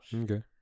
okay